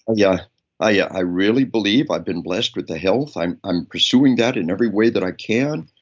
and yeah i yeah i really believe i've been blessed with the health. i'm i'm pursuing that in every way that i can.